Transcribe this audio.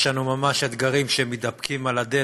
יש לנו ממש אתגרים שמתדפקים על הדלת,